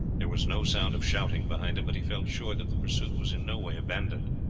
there was no sound of shouting behind him, but he felt sure that the pursuit was in no way abandoned.